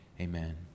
Amen